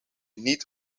niet